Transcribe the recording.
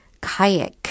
Kayak